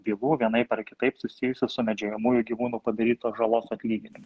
bylų vienaip ar kitaip susijusių su medžiojamųjų gyvūnų padarytos žalos atlyginimu